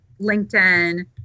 LinkedIn